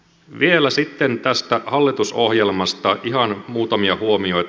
vielä sitten tästä hallitusohjelmasta ihan muutamia huomioita